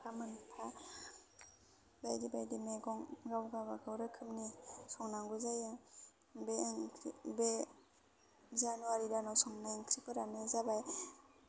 मोनफा मोनफा बायदि बायदि मैगं गाव गावबागाव रोखोमनि संनांगौ जायो बे ओंख्रि बे जानुवारि दानाव संनाय ओंख्रिफोरानो जाबाय